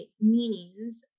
meanings